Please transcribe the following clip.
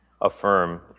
affirm